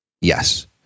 Yes